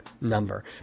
number